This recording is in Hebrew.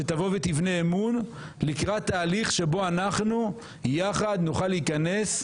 שתבנה אמון לקראת תהליך שבו אנחנו יחד נוכל להיכנס,